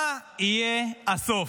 מה יהיה הסוף?